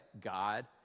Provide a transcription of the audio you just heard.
God